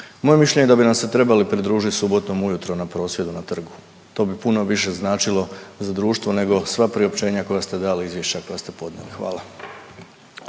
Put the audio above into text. je mišljenje da bi nam se trebali pridružit subotom ujutro na prosvjedu na trgu, to bi puno više značilo za društvo nego sva priopćenja koja ste dali i izvješća koja ste podnijeli. Hvala.